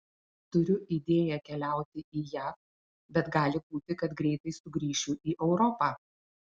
turiu idėją keliauti į jav bet gali būti kad greitai sugrįšiu į europą